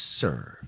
serve